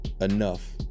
enough